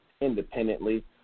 independently